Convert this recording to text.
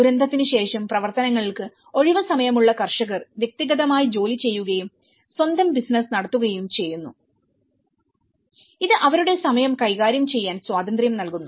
ദുരന്തത്തിന് ശേഷം പ്രവർത്തനങ്ങൾക്ക് ഒഴിവുസമയമുള്ള കർഷകർ വ്യക്തിഗതമായി ജോലി ചെയ്യുകയും സ്വന്തം ബിസിനസ്സ് നടത്തുകയും ചെയ്യുന്നു ഇത് അവരുടെ സമയം കൈകാര്യം ചെയ്യാൻ സ്വാതന്ത്ര്യം നൽകുന്നു